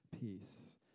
peace